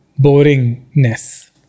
boringness